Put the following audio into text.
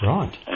Right